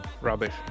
Rubbish